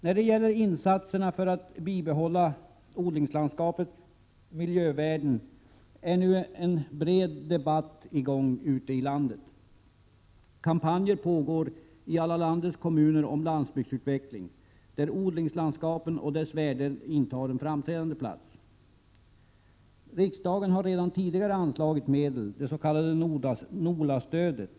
När det gäller insatserna för att bibehålla odlingslandskapets miljövärden är nu en bred debatt i gång ute i landet. I alla landets kommuner pågår kampanjer om landsbygdsutveckling, där odlingslandskapet och dess värden intar en framträdande plats. Riksdagen har redan tidigare anslagit medel — det s.k. NOLA-stödet.